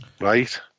right